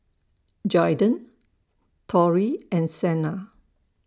Jaiden Torrie and Sena